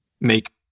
make